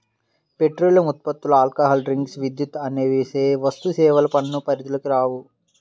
petroleum ఉత్పత్తులు, alcohol drinks, విద్యుత్ అనేవి వస్తుసేవల పన్ను పరిధిలోకి రావు